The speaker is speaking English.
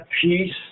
peace